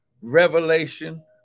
revelation